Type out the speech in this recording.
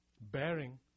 bearing